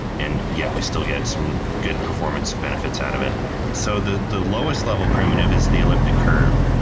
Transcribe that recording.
and yeah, we still get some good performance benefits out of it so the the lowest level primitive is the elliptic curve.